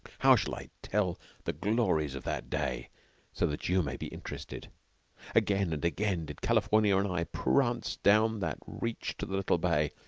how shall i tell the glories of that day so that you may be interested again and again did california and i prance down that reach to the little bay,